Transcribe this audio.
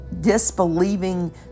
disbelieving